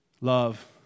Love